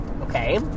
okay